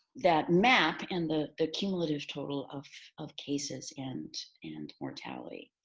that map and the the cumulative total of of cases and and mortality.